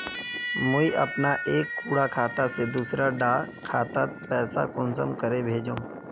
मुई अपना एक कुंडा खाता से दूसरा डा खातात पैसा कुंसम करे भेजुम?